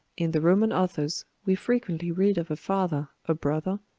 in the roman authors, we frequently read of a father, a brother,